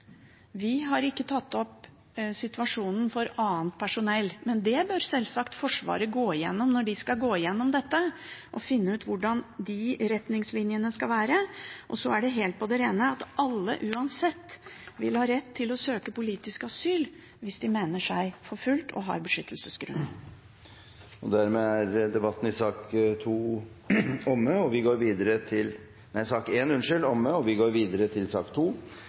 Vi har ikke tatt opp situasjonen for annet personell, men det bør selvsagt Forsvaret gå igjennom når de skal gå igjennom dette, og finne ut hvordan de retningslinjene skal være. Det er helt på det rene at alle uansett vil ha rett til å søke politisk asyl hvis de mener seg forfulgt og har beskyttelsesgrunner. Flere har ikke bedt om ordet til sak